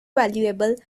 valuable